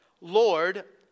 Lord